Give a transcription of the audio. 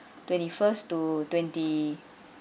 twenty first to twenty